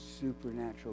supernatural